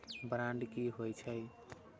Bond की होई छै?